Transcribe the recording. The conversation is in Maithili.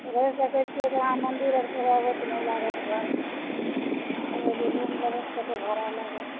रहि सकय छियै तऽ अहाँ मन्दिर अरपर रहबय तऽ नहि लागत भारा आओर अइजाँ रूम लेबय तऽ कतहु भारा लागत